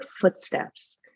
footsteps